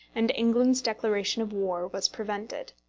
and england's declaration of war was prevented.